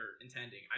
intending